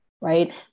right